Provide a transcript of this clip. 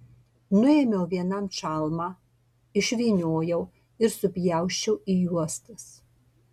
nuėmiau vienam čalmą išvyniojau ir supjausčiau į juostas